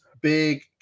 big